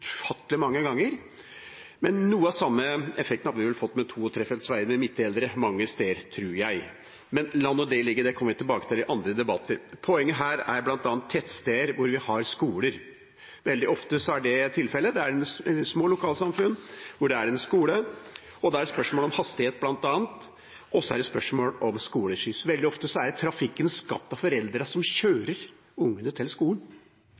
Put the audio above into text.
ufattelig mange ganger. Noe av den samme effekten hadde vi vel fått med to- og trefelts veier med midtdeler mange steder, tror jeg. La nå det ligge – det kommer vi tilbake til i andre debatter. Poenget her er bl.a. tettsteder, hvor vi har skoler. Veldig ofte er det tilfellet. Det er små lokalsamfunn hvor det er en skole, og da er det bl.a. spørsmål om hastighet, og det er spørsmål om skoleskyss. Veldig ofte er det trafikk skapt av foreldre som kjører barna til skolen.